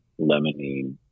lemonine